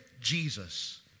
Jesus